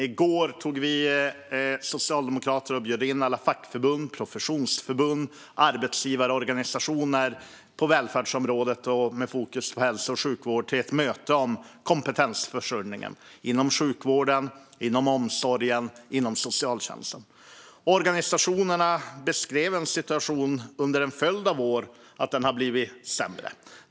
I går bjöd vi socialdemokrater in fackförbund, professionsförbund och arbetsgivarorganisationer på välfärdsområdet, med fokus på hälso och sjukvård, till ett möte om kompetensförsörjningen inom sjukvården, omsorgen och socialtjänsten. Organisationerna beskrev en situation som under en följd av år har blivit sämre.